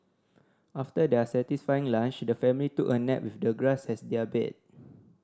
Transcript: after their satisfying lunch the family took a nap with the grass as their bed